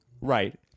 right